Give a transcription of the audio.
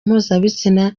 mpuzabitsina